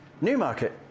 Newmarket